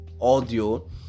audio